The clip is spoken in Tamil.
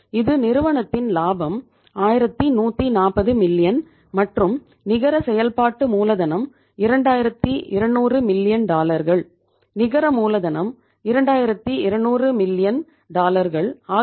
இது நிறுவனத்தின் லாபம் 1140 மில்லியன் ஆகும்